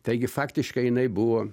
taigi faktiškai jinai buvo